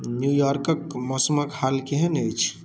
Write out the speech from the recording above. न्यूयॉर्कके मौसमके हाल केहन अछि